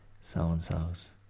so-and-sos